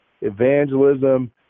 evangelism